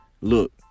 Look